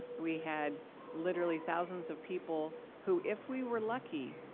we had literally thousands of people who, if we were lucky,